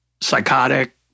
psychotic